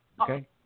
Okay